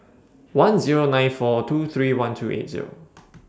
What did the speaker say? one Zero nine four two three one three Zero